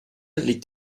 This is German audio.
legt